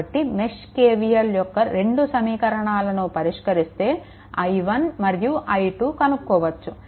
కాబట్టి mesh KVL యొక్క 2 సమీకరణాలను పరిష్కరిస్తే i1 మరియు i2 కనుక్కోవచ్చు